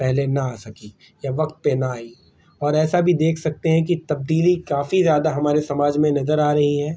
پہلے نہ آ سکی یا وقت پہ نہ آئی اور ایسا بھی دیکھ سکتے ہیں کہ تبدیلی کافی زیادہ ہمارے سماج میں نظر آ رہی ہے